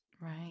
right